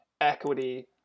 equity